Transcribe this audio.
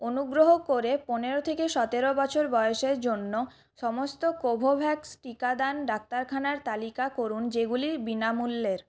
অনুগ্রহ করে পনেরো থেকে সতেরো বছর বয়সের জন্য সমস্ত কোভোভ্যাক্স টিকাদান ডাক্তারখানার তালিকা করুন যেগুলি বিনামূল্যের